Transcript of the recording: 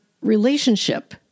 relationship